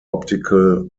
optical